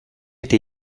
eta